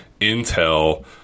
intel